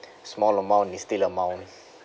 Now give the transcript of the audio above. small amount is still amount